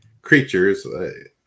creatures